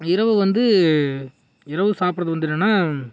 இரவு வந்து இரவு சாப்பிட்றது வந்து என்னென்னா